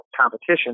competition